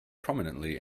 prominently